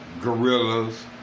gorillas